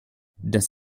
das